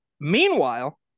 meanwhile